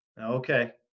Okay